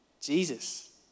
Jesus